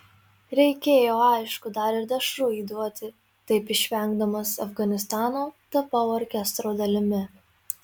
reikėjo aišku dar ir dešrų įduoti taip išvengdamas afganistano tapau orkestro dalimi